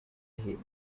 him